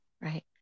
right